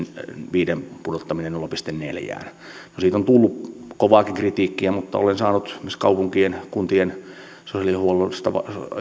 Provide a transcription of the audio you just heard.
viiden pudottaminen nolla pilkku neljään no siitä on tullut kovaakin kritiikkiä mutta olen saanut esimerkiksi kaupunkien kuntien sosiaalihuollosta